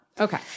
Okay